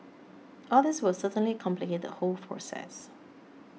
all these will certainly complicate the whole process